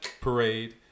Parade